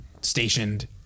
stationed